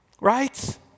Right